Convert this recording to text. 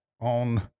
on